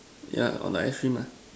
ya on the ice cream lah